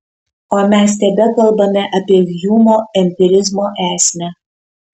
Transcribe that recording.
o mes tebekalbame apie hjumo empirizmo esmę